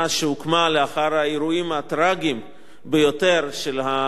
לאחר האירועים הטרגיים ביותר של השואה,